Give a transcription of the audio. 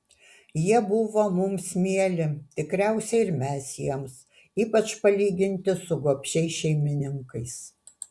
jie buvo mums mieli tikriausiai ir mes jiems ypač palyginti su gobšiais šeimininkais